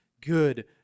good